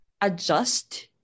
adjust